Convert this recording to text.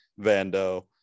vando